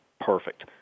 perfect